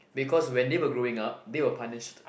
because when they were growing up they were punished